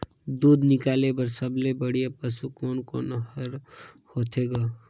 दूध निकाले बर सबले बढ़िया पशु कोन कोन हर होथे ग?